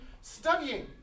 studying